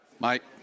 Mike